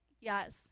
Yes